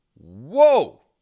whoa